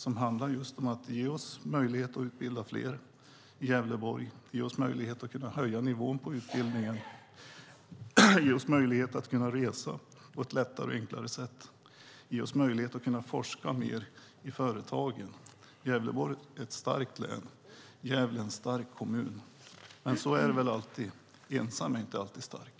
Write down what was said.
De handlar om att ge oss möjlighet att utbilda fler i Gävleborg, att ge oss möjlighet att höja nivån på utbildningen, att ge oss möjlighet att resa på ett lättare och enklare sätt och att ge oss möjlighet att forska mer i företagen. Gävleborg är ett starkt län, och Gävle är en stark kommun. Men så är det väl alltid - ensam är inte alltid stark.